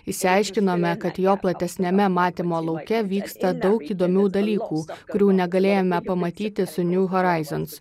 išsiaiškinome kad jo platesniame matymo lauke vyksta daug įdomių dalykų kurių negalėjome pamatyti su new horizons